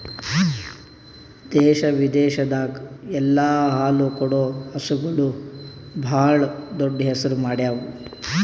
ದೇಶ ವಿದೇಶದಾಗ್ ಎಲ್ಲ ಹಾಲು ಕೊಡೋ ಹಸುಗೂಳ್ ಭಾಳ್ ದೊಡ್ಡ್ ಹೆಸರು ಮಾಡ್ಯಾವು